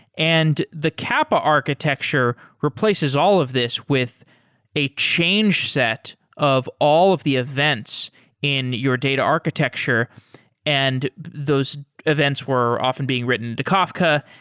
and the kappa architecture replaces all of these with a change set of all of the events in your data architecture and those events were often being written to kafka.